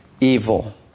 evil